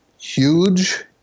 huge